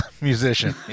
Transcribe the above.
musician